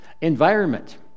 Environment